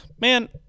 man